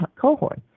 cohort